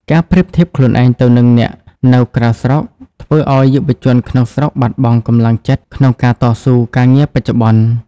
ការប្រៀបធៀបខ្លួនឯងទៅនឹងអ្នកនៅក្រៅស្រុក ធ្វើឱ្យយុវជនក្នុងស្រុកបាត់បង់ "កម្លាំងចិត្ត" ក្នុងការតស៊ូការងារបច្ចុប្បន្ន។